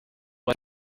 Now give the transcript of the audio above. was